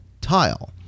tile